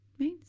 Right